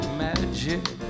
magic